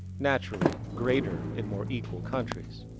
naturally greater in more equal countries.